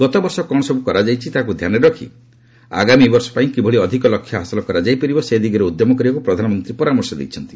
ଗତବର୍ଷ କ'ଣସବ୍ର କରାଯାଇଛି ତାକ୍ ଧ୍ୟାନରେ ରଖି ଆଗାମୀ ବର୍ଷପାଇଁ କିଭଳି ଅଧିକ ଲକ୍ଷ୍ୟ ହାସଲ କରାଯାଇପାରିବ ସେ ଦିଗରେ ଉଦ୍ୟମ କରିବାକୁ ପ୍ରଧାନମନ୍ତ୍ରୀ ପରାମର୍ଶ ଦେଇଛନ୍ତି